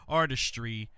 artistry